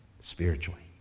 spiritually